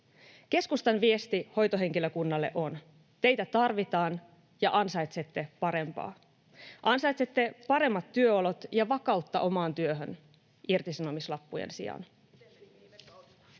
Keskustan viesti hoitohenkilökunnalle on: Teitä tarvitaan, ja ansaitsette parempaa. Ansaitsette paremmat työolot ja vakautta omaan työhön irtisanomislappujen sijaan.